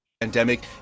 pandemic